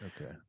Okay